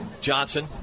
Johnson